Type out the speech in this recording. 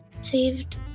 saved